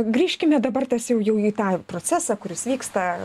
grįžkime dabar tas jau jau į tą procesą kuris vyksta